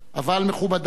אבל, מכובדי,